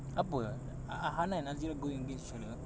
apa eh ah ah hannah and azirah go against each other